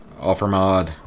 Offermod